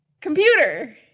computer